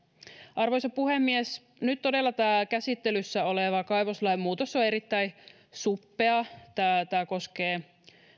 arvoisa puhemies todella tämä nyt käsittelyssä oleva kaivoslain muutos on erittäin suppea tämä koskee